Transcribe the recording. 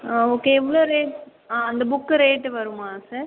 ஆ okay எவ்வளோ rate அந்த book rate வருமா சார்